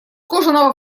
кожаного